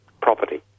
property